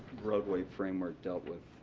roadway framework dealt with